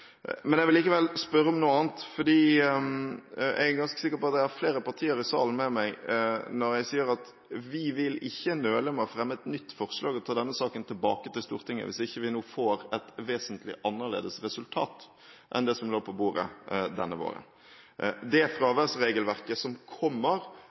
Men jeg vil likevel spørre om noe annet. Jeg er ganske sikker på at jeg har flere partier i salen med meg når jeg sier at vi vil ikke nøle med å fremme et nytt forslag og ta denne saken tilbake til Stortinget hvis ikke vi nå får et vesentlig annerledes resultat enn det som lå på bordet denne våren. Det